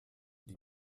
die